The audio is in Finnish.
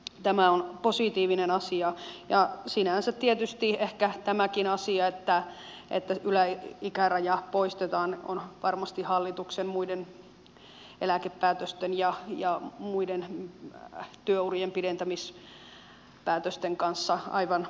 tämä on positiivinen asia ja sinänsä tietysti ehkä tämäkin asia että yläikäraja poistetaan on varmasti hallituksen muiden eläkepäätösten ja muiden työurien pidentämispäätösten kanssa aivan linjakasta